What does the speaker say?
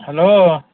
hello